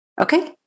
Okay